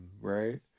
right